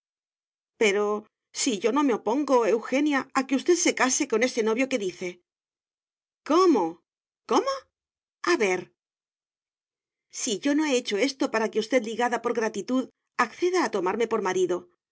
pero si yo no me opongo eugenia a que usted se case con ese novio que dice cómo cómo a ver si yo no he hecho esto para que usted ligada por gratitud acceda a tomarme por marido